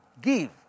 give